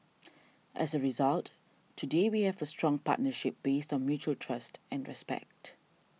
as a result today we have a strong partnership based on mutual trust and respect